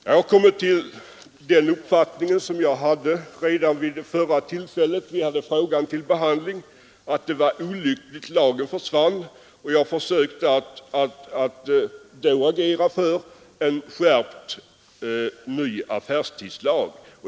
Jag har kommit fram till den uppfattningen, som jag hade redan vid det förra tillfället då vi hade frågan uppe till behandling, att det var olyckligt att affärstidsregleringen försvann, och jag försökte då agera för en skärpt ny affärstidslag.